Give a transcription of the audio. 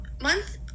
month